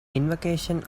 invocation